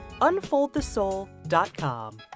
unfoldthesoul.com